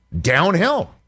downhill